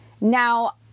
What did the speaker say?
Now